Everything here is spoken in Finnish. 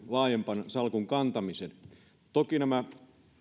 laajempaan valtiovarainministerin salkun kantamiseen toki nämä